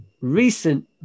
recent